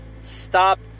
stop